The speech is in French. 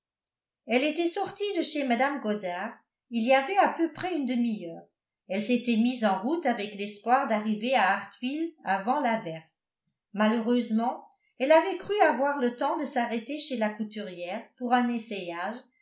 elle était sortie de chez mme goddard il y avait à peu près une demi-heure elle s'était mise en route avec l'espoir d'arriver à hartfield avant l'averse malheureusement elle avait cru avoir le temps de s'arrêter chez la couturière pour un essayage